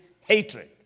hatred